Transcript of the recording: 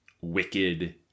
wicked